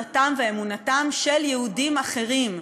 דתם ואמונתם של יהודים אחרים?